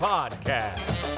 Podcast